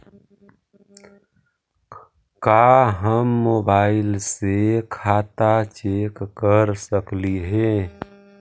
का हम मोबाईल से खाता चेक कर सकली हे?